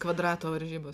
kvadrato varžybos